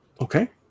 Okay